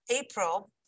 April